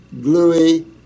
gluey